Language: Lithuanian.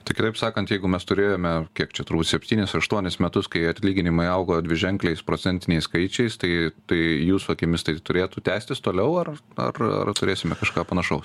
tai kitaip sakant jeigu mes turėjome kiek čia turbūt septynis aštuonis metus kai atlyginimai augo dviženkliais procentiniais skaičiais tai tai jūsų akimis tai turėtų tęstis toliau ar ar ar turėsime kažką panašaus